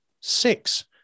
six